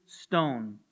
stone